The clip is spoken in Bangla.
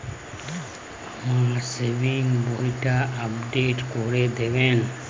আমার সেভিংস বইটা আপডেট করে দেবেন?